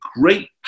great